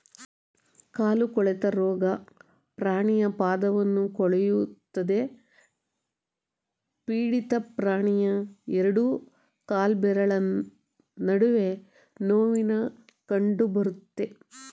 ಕಾಲು ಕೊಳೆತ ರೋಗ ಪ್ರಾಣಿಯ ಪಾದವನ್ನು ಕೊಳೆಯುತ್ತದೆ ಪೀಡಿತ ಪ್ರಾಣಿಯ ಎರಡು ಕಾಲ್ಬೆರಳ ನಡುವೆ ನೋವಿನ ಕಂಡಬರುತ್ತೆ